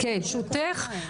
ברשותך,